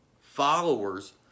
followers